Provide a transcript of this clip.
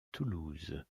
toulouse